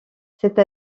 cette